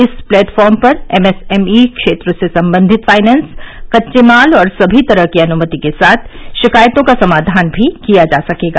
इस प्लेटफार्म पर एमएसएमई क्षेत्र से संबंधित फाइनेंस कच्चे माल और सभी तरह की अनुमति के साथ शिकायतों का समाधान भी किया जा सकेगा